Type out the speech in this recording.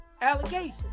allegations